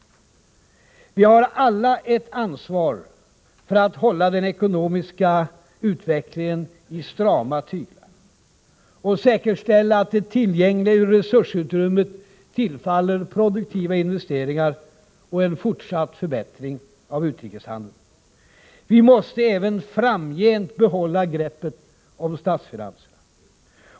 Vi har alla ett ansvar för att hålla den ekonomiska utvecklingen i strama tyglar och säkerställa att det tillgängliga resursutrymmet tillfaller produktiva investeringar och en fortsatt förbättring av utrikeshandeln. Vi måste även framgent behålla greppet om statsfinanserna.